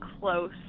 close